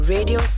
Radio